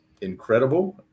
incredible